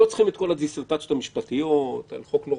לא צריכים את כל הדיסרטציות המשפטיות על חוק נורווגי.